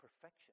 perfection